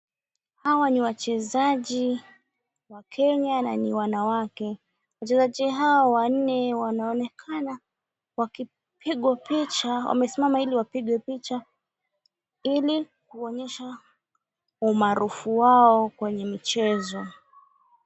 Hawa ni wachezaji wa kenya na ni wanawake. Wachezaji hao wanne wanaonekana wakipigwa picha. Wamesimama ili wapigwe picha, ili, kuonyesha umaarufu wao kwenye michezo.